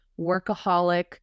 workaholic